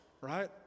right